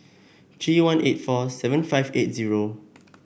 three one eight four seven five eight zero